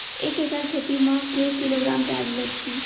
एक एकड़ खेती म के किलोग्राम प्याज लग ही?